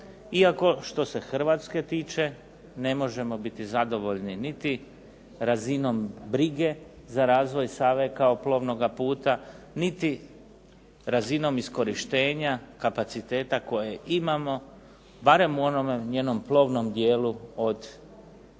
iako što se Hrvatske tiče ne možemo biti zadovoljni niti razinom brige za razvoj Save kao plovnoga puta niti razinom iskorištenja kapaciteta koje imamo, barem u onom njenom plovnom dijelu od Siska